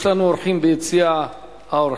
יש לנו אורחים ביציע האורחים,